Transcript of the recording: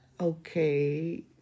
okay